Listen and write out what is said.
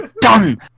done